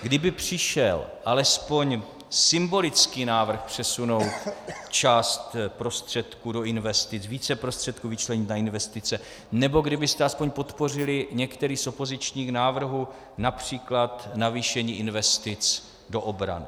Kdyby přišel alespoň symbolický návrh, přesunout část prostředků do investic, více prostředků vyčlenit na investice, nebo kdybyste alespoň podpořili některý z opozičních návrhů, například navýšení investic do obrany.